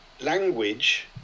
language